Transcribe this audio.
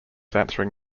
answering